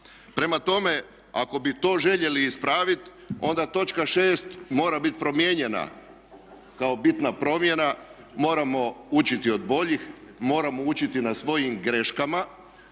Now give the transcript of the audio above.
Prema tome ako bi to željeli ispraviti onda točka 6. mora biti promijenjena kao bitna promjena moramo učiti od boljih, moramo učiti na svojim greškama